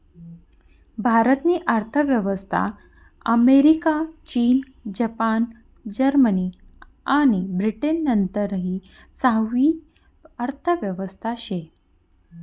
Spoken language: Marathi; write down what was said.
भारत नी अर्थव्यवस्था अमेरिका, चीन, जपान, जर्मनी आणि ब्रिटन नंतरनी सहावी अर्थव्यवस्था शे